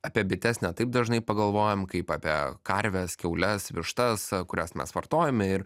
apie bites ne taip dažnai pagalvojam kaip apie karves kiaules vištas kurias mes vartojam ir